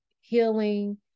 healing